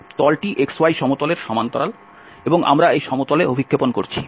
তলটি xy সমতলের সমান্তরাল এবং আমরা এই সমতলে অভিক্ষেপণ করেছি